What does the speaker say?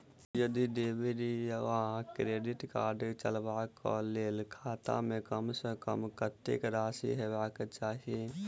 यदि डेबिट वा credit card चलबाक कऽ लेल खाता मे कम सऽ कम कत्तेक राशि हेबाक चाहि?